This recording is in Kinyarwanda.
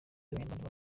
abanyarwanda